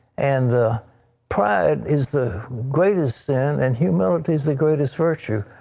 and the pride is the greatest sin. and humility is the greatest virtue.